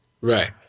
Right